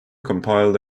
complied